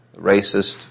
Racist